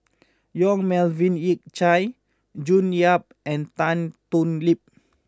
Yong Melvin Yik Chye June Yap and Tan Thoon Lip